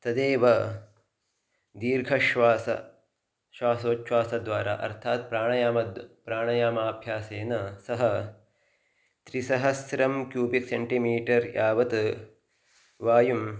तदेव दीर्घश्वासः श्वासोछ्वासद्वारा अर्थात् प्राणयामः प्राणयामाभ्यासेन सः त्रिसहस्रं क्यूपिक् सेण्टिमीटर् यावत् वायुं